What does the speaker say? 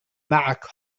معك